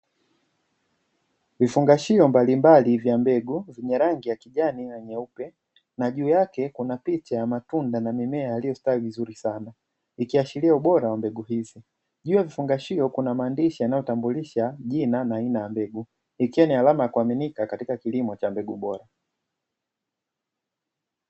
Vifungashio mbalimbali vya mbegu zenye rangi ya kijani na nyeupe na juu yake kuna picha ya matunda na mimea iliyostawi vizuri sana ikiashiria ubora wa mbegu hizi. Juu ya vifungashio kuna maandishi yanayotambulisha jina na aina ya mbegu, ikiwa ni alama ya kuaminika juu ya ubora wa mbegu.